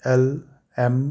L M